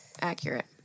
accurate